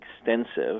extensive